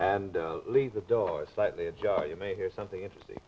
and leave the door slightly ajar you may hear something interesting